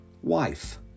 Wife